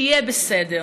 שיהיה בסדר.